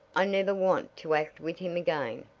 i never want to act with him again!